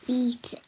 eat